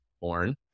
born